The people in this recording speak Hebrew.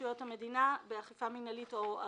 שלום לכולם.